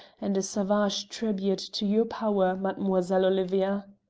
and a savage tribute to your power, mademoiselle olivia.